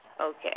Okay